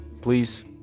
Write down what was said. please